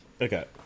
Okay